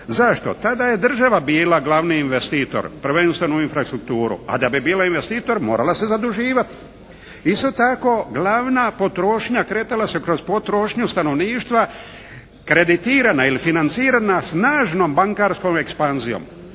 Zašto? Tada je država bila glavni investitor prvenstveno u infrastrukturu, a da bi bila investitor morala se zaduživati. Isto tako glavna potrošnja kretala se kroz potrošnju stanovništva kreditirana ili financirana snažnom bankarskom ekspanzijom.